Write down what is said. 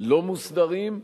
לא מוסדרים,